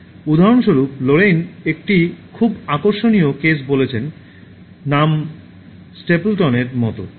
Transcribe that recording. সুতরাং উদাহরণস্বরূপ লোরেইন একটি খুব আকর্ষণীয় কেস বলেছেন নাম স্ট্যাপলটনের মতো